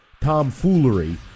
tomfoolery